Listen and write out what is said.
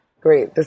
Great